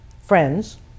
friends